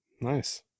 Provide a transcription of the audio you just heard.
Nice